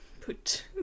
put